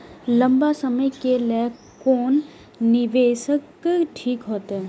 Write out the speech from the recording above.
लंबा समय के लेल कोन निवेश ठीक होते?